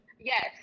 Yes